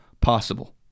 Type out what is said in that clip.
possible